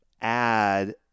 add